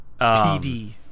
PD